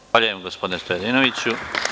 Zahvaljujem gospodine Stojadinoviću.